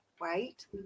wait